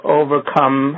overcome